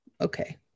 okay